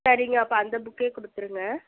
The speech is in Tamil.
சரிங்க அப்போ அந்த புக்கே கொடுத்துருங்க